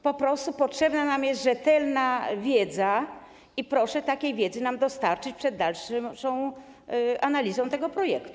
Po prostu potrzebna nam jest rzetelna wiedza i proszę takiej wiedzy nam dostarczyć przed dalszą analizą tego projektu.